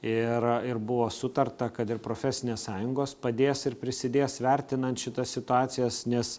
ir ir buvo sutarta kad ir profesinės sąjungos padės ir prisidės vertinant šitas situacijos nes